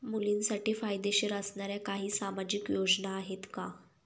मुलींसाठी फायदेशीर असणाऱ्या काही सामाजिक योजना आहेत का?